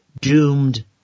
Doomed